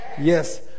Yes